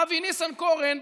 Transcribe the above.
אבי ניסנקורן,